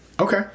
Okay